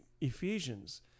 Ephesians